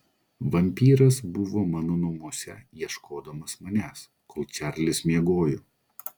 vampyras buvo mano namuose ieškodamas manęs kol čarlis miegojo